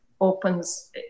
opens